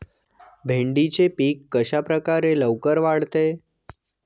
भेंडीचे पीक कशाप्रकारे लवकर वाढते?